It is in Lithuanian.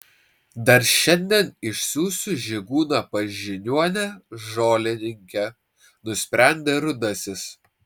dar šiandien išsiųsiu žygūną pas žiniuonę žolininkę nusprendė rudasis